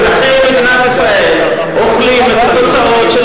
אזרחי מדינת ישראל אוכלים את התוצאות של